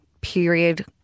period